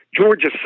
Georgia